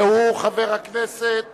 והוא חבר הכנסת